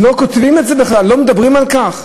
לא כותבים את זה בכלל, לא מדברים על כך,